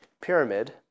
pyramid